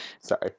Sorry